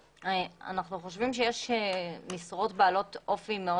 אנחנו חושבים שיש משרות בעלות אופי מאוד